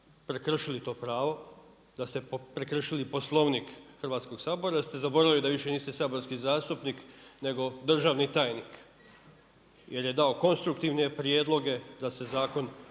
prekršili to pravo, da ste prekršili Poslovnik Hrvatskog sabora jer ste zaboravili da više niste saborski zastupnik nego državni tajnik jer je dao konstruktivne prijedloge da se zakon